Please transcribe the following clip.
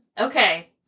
Okay